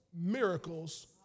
miracles